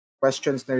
questions